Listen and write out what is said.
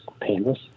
Painless